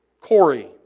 Corey